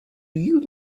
you